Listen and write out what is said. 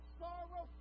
sorrow